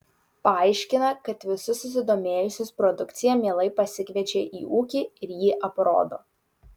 paaiškina kad visus susidomėjusius produkcija mielai pasikviečia į ūkį ir jį aprodo